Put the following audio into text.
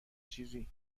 چیزی